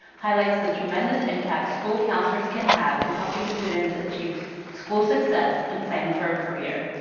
highlights the tremendous impact school counselors can have in helping students achieve school success and plan for a career.